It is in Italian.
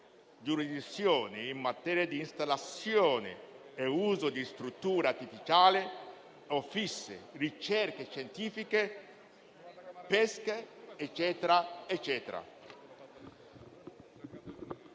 giurisdizione in materia di installazione e uso di strutture artificiali o fisse, ricerche scientifiche e pesca.